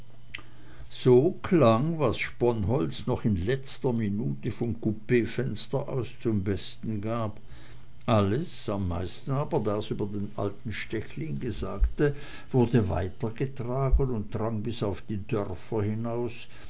so klang was sponholz noch in letzter minute vom coupfenster aus zum besten gab alles am meisten aber das über den alten stechlin gesagte wurde weitergetragen und drang bis auf die dörfer hinaus